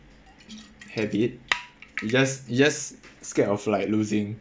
habit you just you just scared of like losing